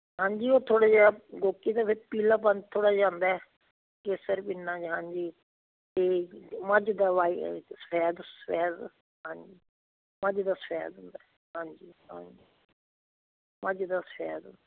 ਹਾਂਜੀ ਉਹ ਥੋੜ੍ਹਾ ਜਿਹਾ ਗੋਕੀ ਦਾ ਵਿੱਚ ਪੀਲਾਪਨ ਥੋੜ੍ਹਾ ਜਿਹਾ ਆਉਂਦਾ ਕੇਸਰ ਪੀਨਾ ਹਾਂਜੀ ਅਤੇ ਮੱਝ ਦਵਾਈ ਸੈਦ ਸੈਦ ਹਾਂਜੀ ਮੱਝ ਦਾ ਸੈਦ ਹੁੰਦਾ ਹਾਂਜੀ ਹਾਂਜੀ ਮੱਝ ਦਾ ਸੈਦ